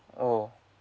oh